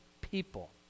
People